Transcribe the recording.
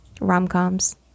rom-coms